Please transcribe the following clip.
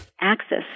access